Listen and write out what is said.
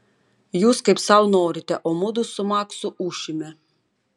jūs kaip sau norite o mudu su maksu ūšime